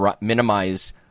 minimize